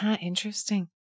interesting